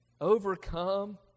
overcome